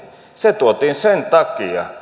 se tuotiin sen takia